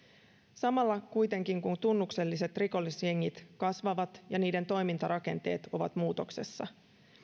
samalla kuitenkin tunnukselliset rikollisjengit kasvavat ja niiden toimintarakenteet ovat muutoksessa